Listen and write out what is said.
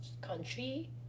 country